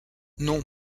non